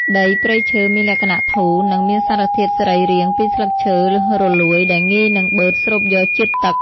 ដីព្រៃឈើមានលក្ខណៈធូរ និង មានសារធាតុសរីរាង្គពីស្លឹកឈើរលួយដែលងាយនឹងបឺតស្រូបយកជាតិទឹក។